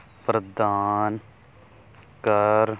ਪ੍ਰਦਾਨ ਕਰ